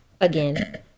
again